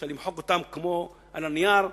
אפשר למחוק אותן כמו על הנייר.